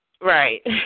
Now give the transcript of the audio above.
Right